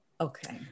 Okay